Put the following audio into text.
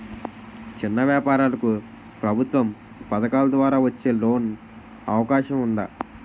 చిన్న వ్యాపారాలకు ప్రభుత్వం పథకాల ద్వారా వచ్చే లోన్ అవకాశం ఉందా?